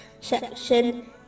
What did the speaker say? section